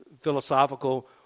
philosophical